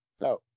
no